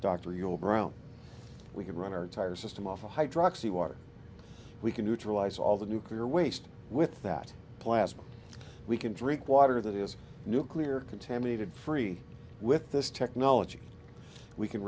bro we can run our entire system of a hydroxy water we can neutralize all the nuclear waste with that plastic we can drink water that is nuclear contaminated free with this technology we can